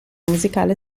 musicale